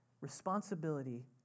Responsibility